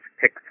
pick